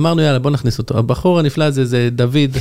אמרנו, יאללה, בוא נכניס אותו. הבחור הנפלא הזה זה דוד,